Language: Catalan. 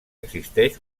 existeix